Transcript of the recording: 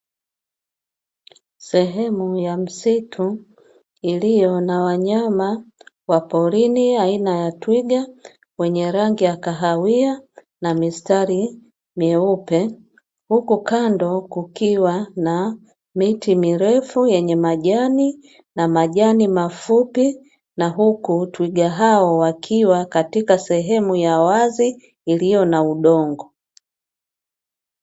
Sehemu ya msitu iliyo na wanyama wa porini aina ya twiga wenye rangi ya kahawia na mistari meupe, huku kando kukiwa na miti mirefu yenye majani na majani mafupi, na huku twiga hao wakiwa katika sehemu ya wazi iliyo na udongo.